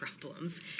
problems